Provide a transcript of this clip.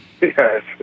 Yes